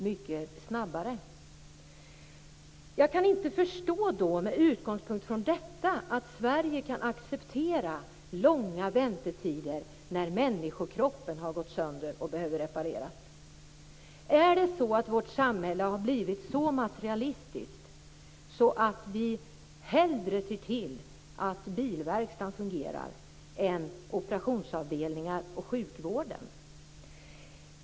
Med denna utgångspunkt kan jag inte förstå att vi i Sverige kan acceptera så långa väntetider när människokroppen har gått sönder och behöver repareras. Har vårt samhälle blivit så materialistiskt att vi hellre ser till att bilverkstaden fungerar än att operationsavdelningar och sjukvården fungerar?